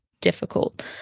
difficult